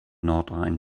nordrhein